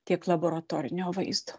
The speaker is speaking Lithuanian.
tiek laboratorinio vaizdo